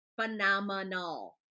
phenomenal